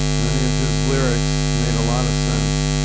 many of his lyrics made a lot of sense,